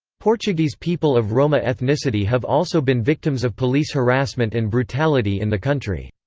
portuguese people of roma ethnicity have also been victims of police harassment and brutality in the country.